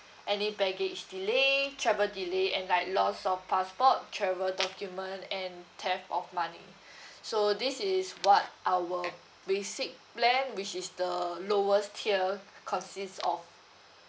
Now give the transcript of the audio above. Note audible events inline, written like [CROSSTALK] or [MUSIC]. any baggage delay travel delay and like lost of passport travel [NOISE] document and theft of money [BREATH] so this is what our [NOISE] basic plan which is the lowest tier consists of